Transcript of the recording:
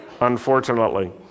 unfortunately